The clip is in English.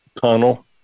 tunnel